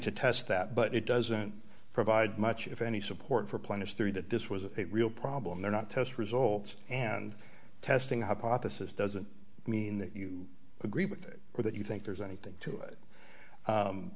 to test that but it doesn't provide much if any support for planners through that this was a real problem they're not test results and testing hypothesis doesn't mean that you agree with it or that you think there's anything to it